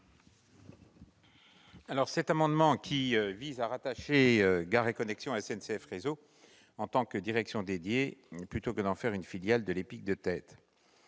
? Cet amendement vise à rattacher Gares & Connexions à SNCF Réseau, en tant que direction dédiée, plutôt que d'en faire une filiale de l'EPIC de tête.